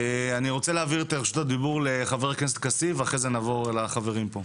אני רוצה להעביר את רשות הדיבור לח"כ עופר כסיף.